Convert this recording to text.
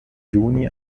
juni